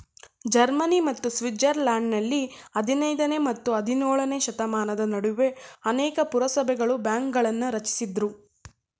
Germany ಮತ್ತು ಸ್ವಿಟ್ಜರ್ಲೆಂಡ್ನಲ್ಲಿ ಹದಿನೈದನೇ ಮತ್ತು ಹದಿನೇಳನೇಶತಮಾನದ ನಡುವೆ ಅನೇಕ ಪುರಸಭೆಗಳು ಬ್ಯಾಂಕ್ಗಳನ್ನ ರಚಿಸಿದ್ರು